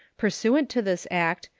pursuant to this act,